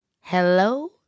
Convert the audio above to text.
Hello